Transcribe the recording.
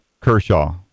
Kershaw